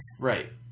Right